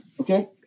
okay